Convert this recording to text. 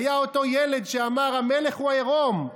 היה אותו ילד שאמר: המלך הוא עירום.